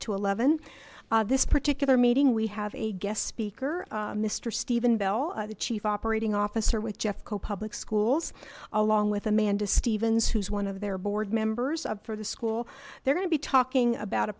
to eleven zero this particular meeting we have a guest speaker mister steven bell the chief operating officer with jeffco public schools along with amanda stevens who's one of their board members up for the school they're going to be talking about a